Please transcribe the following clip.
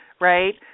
right